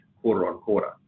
quarter-on-quarter